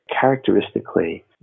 characteristically